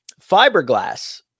fiberglass